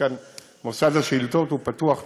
מוסד השאילתות פתוח תמיד.